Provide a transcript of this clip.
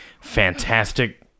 fantastic